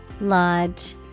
Lodge